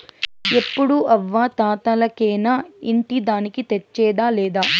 ఎప్పుడూ అవ్వా తాతలకేనా ఇంటి దానికి తెచ్చేదా లేదా